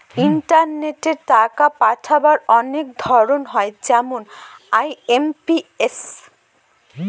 ইন্টারনেটে টাকা পাঠাবার অনেক ধরন হয় যেমন আই.এম.পি.এস